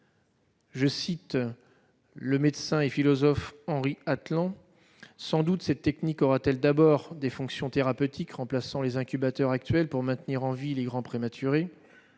cette technique en France, « sans doute cette technique aura-t-elle d'abord des fonctions thérapeutiques, remplaçant les incubateurs actuels pour maintenir en vie les grands prématurés.